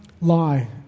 lie